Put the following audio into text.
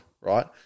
Right